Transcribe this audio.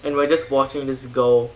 and we're just watching this girl